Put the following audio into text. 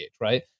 right